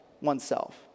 oneself